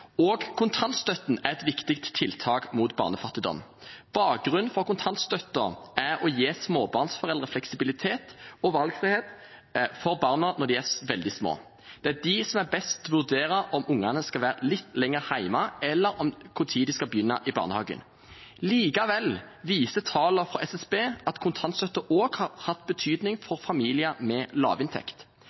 kontantstøtten er et viktig tiltak mot barnefattigdom. Bakgrunnen for kontantstøtten er å gi småbarnsforeldre fleksibilitet og valgfrihet for barna når de er veldig små. Det er de som er best til å vurdere om ungene skal være litt lenger hjemme, eller når de skal begynne i barnehagen. Likevel viser tallene fra SSB at kontantstøtten også har hatt betydning for familier med